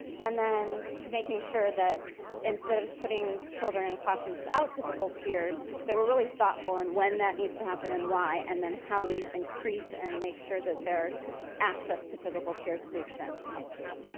and then making sure that instead of putting children in classrooms without typical peers that we're really thoughtful and when that needs to happen and why. and then how we increase and make sure that their access to typical peers to the extent possible.